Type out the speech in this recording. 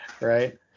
right